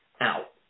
out